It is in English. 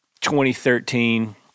2013